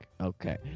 Okay